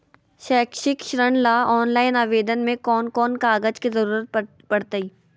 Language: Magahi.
शैक्षिक ऋण ला ऑनलाइन आवेदन में कौन कौन कागज के ज़रूरत पड़तई?